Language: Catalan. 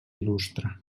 il·lustre